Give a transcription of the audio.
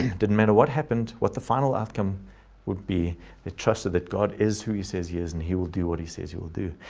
didn't matter what happened, what the final outcome would be, they trusted that god is who he says he is. and he will do what he says you will do.